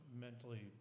mentally